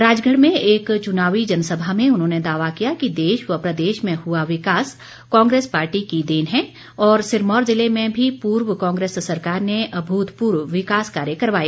राजगढ़ में एक चुनावी जनसभा में उन्होंने दावा किया कि देश व प्रदेश में हुआ विकास कांग्रेस पार्टी की देन है और सिरमौर जिले में भी पूर्व कांग्रेस सरकार ने अभूतपूर्व विकास कार्य करवाए